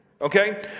Okay